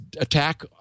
attack